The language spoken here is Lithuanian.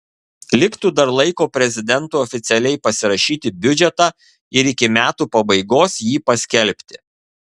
liktų dar laiko prezidentui oficialiai pasirašyti biudžetą ir iki metų pabaigos jį paskelbti